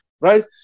Right